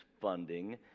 funding